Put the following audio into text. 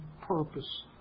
purpose